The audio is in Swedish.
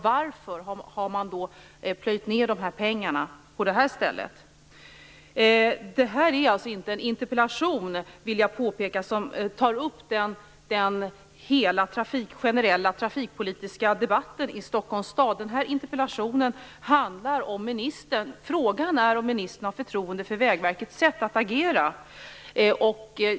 Varför har man då plöjt ned dessa pengar där? Jag vill påpeka att detta inte är en interpellation som tar upp hela den generella trafikpolitiska debatten i Stockholms stad. Den här interpellationen handlar om ministern. Frågan är om ministern har förtroende för Vägverkets sätt att agera.